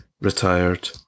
retired